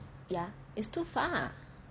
ya it's too far